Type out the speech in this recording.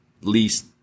least